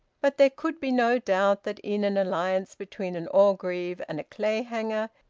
but there could be no doubt that in an alliance between an orgreave and a clayhanger,